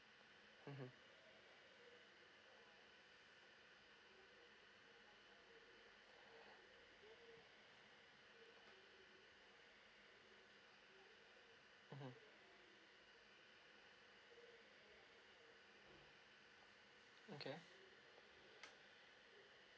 mmhmm okay